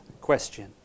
question